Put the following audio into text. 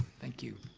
thank you,